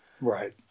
Right